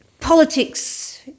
politics